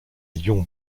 lions